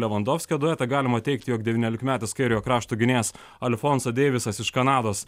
levandovskio duetą galima teigti jog devyniolikmetis kairio krašto gynėjas alfonso deivisas iš kanados